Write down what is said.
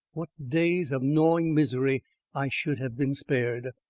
what days of gnawing misery i should have been spared!